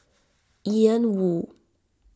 Ian Woo